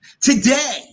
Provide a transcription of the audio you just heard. Today